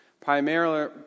primarily